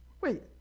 Wait